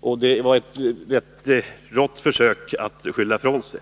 och det var ett rått försök att skylla ifrån sig.